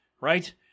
right